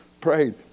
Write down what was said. prayed